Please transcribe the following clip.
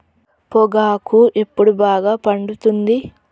పొగాకు ఎప్పుడు బాగా పండుతుంది?